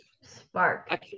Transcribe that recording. Spark